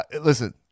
listen